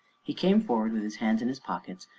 he came forward with his hands in his pockets,